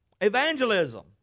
Evangelism